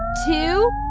two,